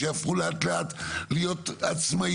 שיהפכו לאט לאט להיות עצמאיות.